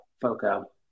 FOCO